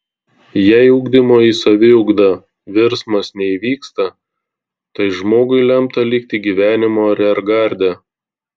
jei ugdymo į saviugdą virsmas neįvyksta tai žmogui lemta likti gyvenimo ariergarde